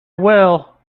will